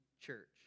church